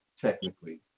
technically